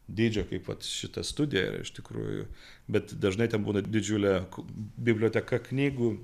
dydžio kaip vat šita studija yra iš tikrųjų bet dažnai ten būna didžiulė biblioteka knygų